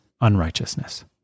unrighteousness